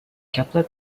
kepler